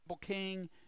king